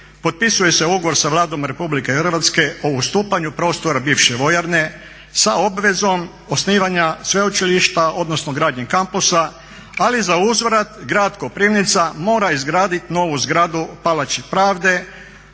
potpisuje se ugovor sa Vladom RH o ustupanju prostora bivše vojarne sa obvezom osnivanja sveučilišta, odnosno gradnje kampusa ali za uzvrat grad Koprivnica mora izgradit novu zgradu Palači pravde